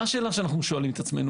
מה אנו שואלים את עצמנו